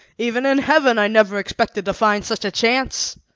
even in heaven i never expected to find such a chance.